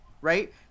Right